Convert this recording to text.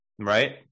right